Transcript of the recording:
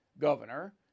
Governor